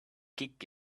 kick